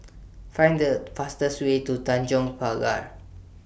Find The fastest Way to Tanjong Pagar